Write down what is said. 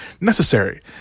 necessary